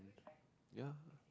ya